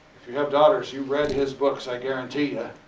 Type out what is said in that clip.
if you have daughters you've read his books i guarantee